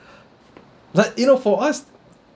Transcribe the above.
but you know for us